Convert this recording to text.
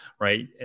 right